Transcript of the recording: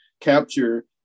capture